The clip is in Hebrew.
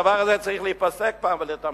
הדבר הזה צריך להיפסק פעם אחת ולתמיד.